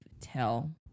tell